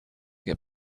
get